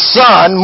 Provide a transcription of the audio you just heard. son